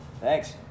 Thanks